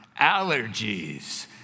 allergies